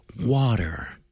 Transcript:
water